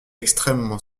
extrêmement